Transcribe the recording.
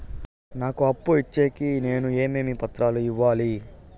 నాకు అప్పు ఇచ్చేకి నేను ఏమేమి పత్రాలు ఇవ్వాలి